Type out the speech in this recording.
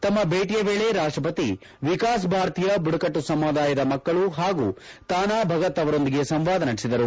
ತಮ್ಮ ಭೇಟಿಯ ವೇಳೆ ರಾಷ್ಟಪತಿ ವಿಕಾಸ ಭಾರತೀಯ ಬುಡಕಟ್ಟು ಸಮುದಾಯದ ಮಕ್ಕಳು ಹಾಗೂ ತಾನಾ ಭಗತ್ ಅವರೊಂದಿಗೆ ಸಂವಾದ ನಡೆಸಿದರು